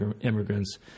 immigrants